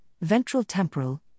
ventral-temporal